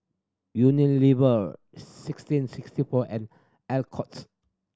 Unilever sixteen sixty four and Alcott's